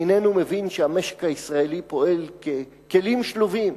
איננו מבין שהמשק הישראלי פועל ככלים שלובים,